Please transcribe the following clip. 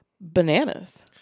bananas